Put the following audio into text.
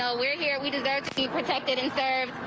ah we're here, we deserve to be protected and serve.